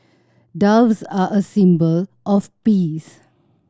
doves are a symbol of peace